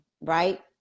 right